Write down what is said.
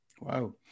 Wow